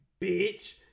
Bitch